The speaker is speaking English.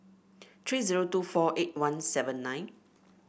three zero two four eight one seven nine